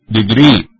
degree